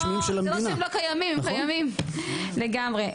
לא שהם לא קיימים, הם קיימים לגמרי.